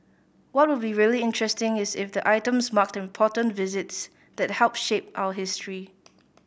what will be really interesting is if the items marked important visits that helped shape our history